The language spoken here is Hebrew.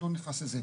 אני לא נכנס לזה.